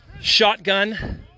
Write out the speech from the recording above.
Shotgun